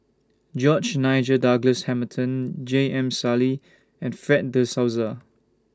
George Nigel Douglas Hamilton J M Sali and Fred De Souza